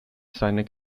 seine